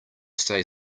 stay